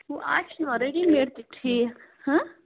وۄنۍ آز چھُنہٕ وَ ریٚڈی میڈ تہِ ٹھیٖک ہہ